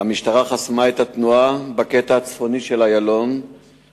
המשטרה חסמה את התנועה בקטע הצפוני של איילון-דרום